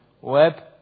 web